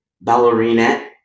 ballerina